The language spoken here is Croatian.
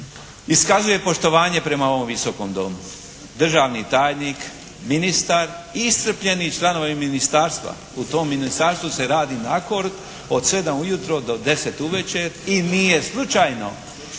iskazuje poštovanje prema ovom Visokom domu. Državni tajnik, ministar i iscrpljeni članovi ministarstva. U tom ministarstvu se radi kord od 7 u jutro do 10 u veče i nije slučajno